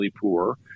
poor